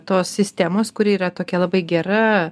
tos sistemos kuri yra tokia labai gera